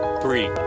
three